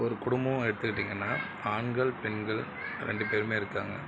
ஒரு குடும்பம்னு எடுத்துக்கிட்டிங்கன்னால் ஆண்கள் பெண்கள் ரெண்டு பேருமே இருக்காங்க